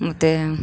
ಮತ್ತು